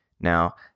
now